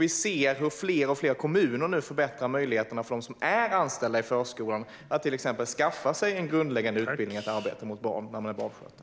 Vi ser hur fler och fler kommuner nu förbättrar möjligheterna för dem som är anställda i förskolan att till exempel skaffa sig en grundläggande utbildning i att arbeta med barn när man är barnskötare.